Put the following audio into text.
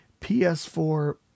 PS4